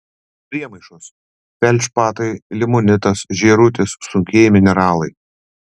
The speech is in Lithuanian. priemaišos feldšpatai limonitas žėrutis sunkieji mineralai